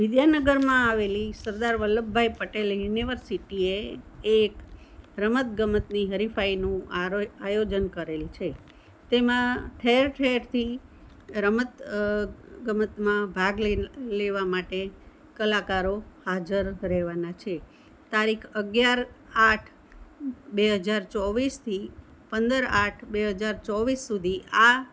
વિદ્યાનગરમાં આવેલી સરદાર વલ્લભભાઈ પટેલ યુનિવર્સિટીએ એક રમતગમતની હરીફાઈનું આયોજન કરેલ છે તેમાં ઠેર ઠેરથી રમત ગમતમાં ભાગ લેવા માટે કલાકારો હાજર રહેવાના છે તારીખ અગિયાર આઠ બે હજાર ચોવીસથી પંદર આઠ બે હજાર ચોવીસ સુધી આ